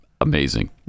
Amazing